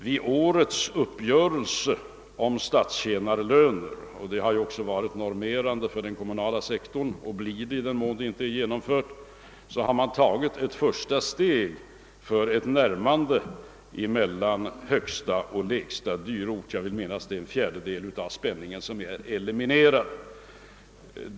Vid årets uppgörelse om statstjänarlönerna — vilken varit eller blir normerande för den kommunala sektorn, i den mån inte uppgörelse där träffats — har man tagit ett första steg mot ett närmande mellan högsta och lägsta dyrort. Jag vill minnas att en fjärdedel av spännvidden har försvunnit.